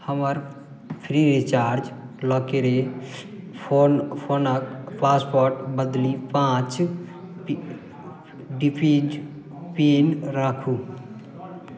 हमर Freecharge लॉकके फोनक पासवर्ड बदलि पाँच डिजिट पिन राखू